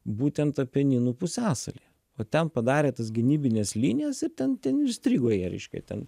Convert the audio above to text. būtent apeninų pusiasalyje va ten padarė tas gynybines linijas ir ten ten ir strigo jie reiškia ten